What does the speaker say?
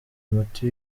umuti